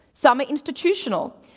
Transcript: some are institutional.